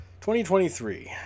2023